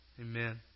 Amen